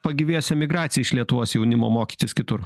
pagyvės emigracija iš lietuvos jaunimo mokytis kitur